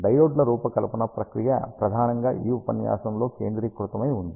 డయోడ్ల రూపకల్పన ప్రక్రియ ప్రధానంగా ఈ ఉపన్యాసంలో కేంద్రీకృతమై ఉంది